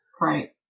Right